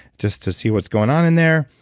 just to see what's going on in there.